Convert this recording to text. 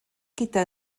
gyda